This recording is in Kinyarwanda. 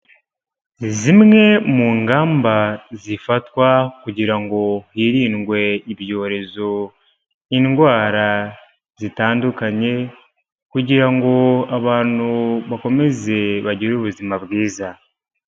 Zimwe mu ngamba zifatwa kugira ngo hirindwe ibyorezo indwara zitandukanye, kugira ngo abantu bakomeze bagire ubuzima bwiza.